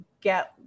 get